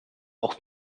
auch